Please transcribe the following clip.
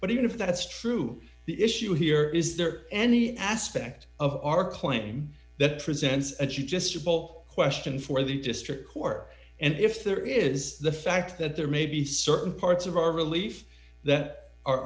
but even if that's true the issue here is there any aspect of our claim that presents as you just poll question for the district court and if there is the fact that there may be certain parts of our relief that are